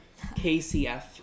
KCF